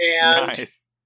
Nice